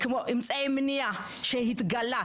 כך גם לגבי אמצעי המניעה שהתגלה,